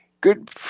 good